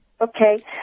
Okay